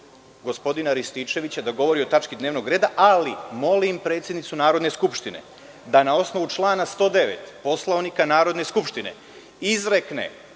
gospodina Rističevića da govori o tački dnevnog reda, ali molim predsednicu Narodne skupštine da na osnovu člana 109. Poslovnika Narodne skupštine izrekne